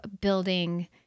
building